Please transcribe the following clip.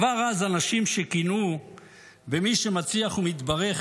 כבר אז אנשים שקינאו במי שמצליח ומתברך,